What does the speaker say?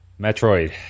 Metroid